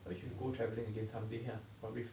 I wish we go traveling again someday lah but with